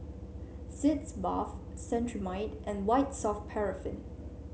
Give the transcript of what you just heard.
Sitz Bath Cetrimide and White Soft Paraffin